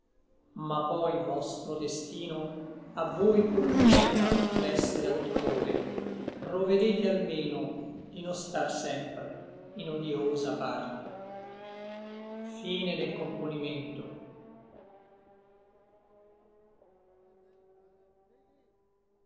ma poi vostro destino a voi pur vieta l'esser altrove provedete almeno di non star sempre in odïosa parte